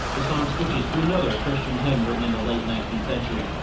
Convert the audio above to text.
the song switches to another christian hymn written in the late nineteenth century,